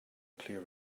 clear